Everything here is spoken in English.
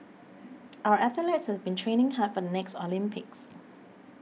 our athletes have been training hard for the next Olympics